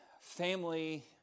family